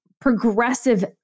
progressive